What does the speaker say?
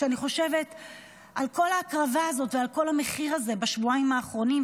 כשאני חושבת על כל ההקרבה הזאת ועל כל המחיר הזה בשבועיים האחרונים,